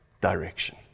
direction